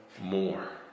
more